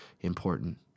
important